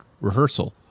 rehearsal